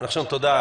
נחשון, תודה.